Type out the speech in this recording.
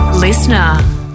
Listener